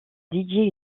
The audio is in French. dédié